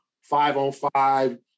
five-on-five